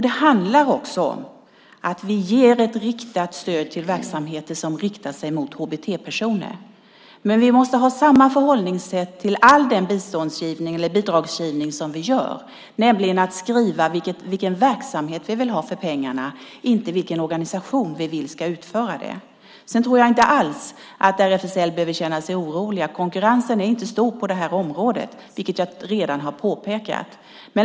Det handlar också om att vi ger ett riktat stöd till verksamheter som vänder sig till HBT-personer. Men vi måste ha samma förhållningssätt till all bidragsgivning vi gör. Vi talar om vilken verksamhet vi vill ha för pengarna, inte vilken organisation vi vill ska utföra den. Jag tror inte alls att man behöver vara orolig på RFSL. Konkurrensen är inte stor på detta område, vilket jag redan har påpekat.